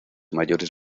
mayores